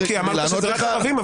לא, כי אמרת שזה רק ערבים.